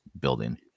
building